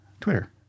Twitter